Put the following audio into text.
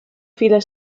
viele